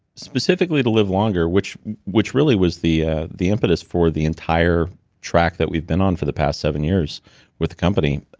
specifically to live longer, which which really was the ah the impetus for the entire track that we've been on for the past seven years with the company,